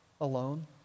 alone